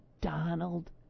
Donald